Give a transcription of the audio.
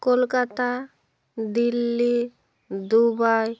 Kolkata Delhi Dubai